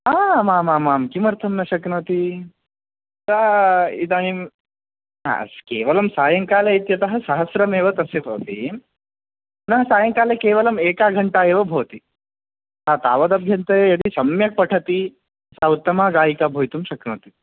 आमामां किमर्थं न शक्नोति सा इदानीं हा केवलं सायंकाले इत्यतः सहस्रमेव तस्य भवति न सायंकाले केवलम् एका घण्टा एव भवति हा तावदभ्यन्तरे यदि सम्यक् पठति सा उत्तमा गायिका भवितुं शक्नोति